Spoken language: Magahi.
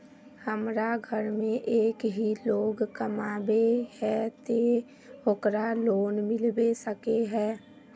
हमरा घर में एक ही लोग कमाबै है ते ओकरा लोन मिलबे सके है?